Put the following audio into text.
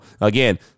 again